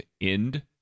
end